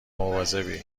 مواظبی